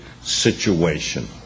situation